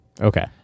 Okay